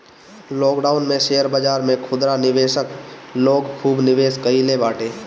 lockdown में share बाजार में खुदरा निवेशक लोग खूब निवेश कईले बाटे